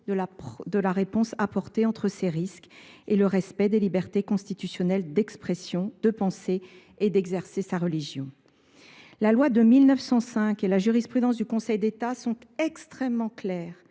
de la réponse apportée entre ces différents risques et le respect des libertés constitutionnelles d’expression, de pensée et d’exercice de sa religion. La loi de 1905 et la jurisprudence du Conseil d’État sont extrêmement claires.